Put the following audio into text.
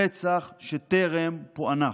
רצח שטרם פוענח.